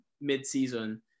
mid-season